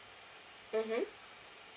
mmhmm